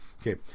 Okay